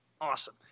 Awesome